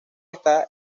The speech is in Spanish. está